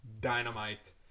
dynamite